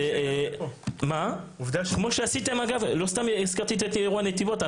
לא סתם הזכרתי את אירוע נתיבות.